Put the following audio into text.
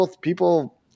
People –